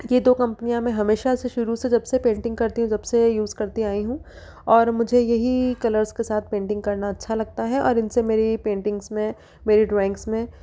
ये दो कंपनियाँ मैं हमेशा से शुरू से जब से पेंटिंग करती हूँ जब से यूज करती आई हूँ और मुझे यही कलर्स के साथ पेंटिंग करना अच्छा लगता है और इनसे मेरी पेंटिंग्स में मेरी ड्राइंग्स में